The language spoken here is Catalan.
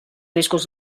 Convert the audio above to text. riscos